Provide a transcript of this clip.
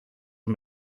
are